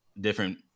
different